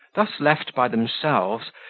thus left by themselves,